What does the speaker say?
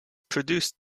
produced